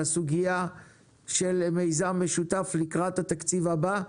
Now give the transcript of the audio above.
על הסוגייה של מיזם משותף לקראת התקציב הבא,